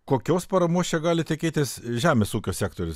kokios paramos čia gali tikėtis žemės ūkio sektorius